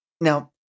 Now